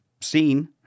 seen